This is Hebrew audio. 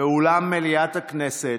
באולם מליאת הכנסת,